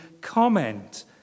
comment